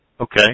Okay